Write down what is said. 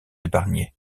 épargnés